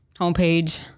homepage